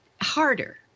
harder